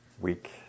week